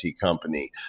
company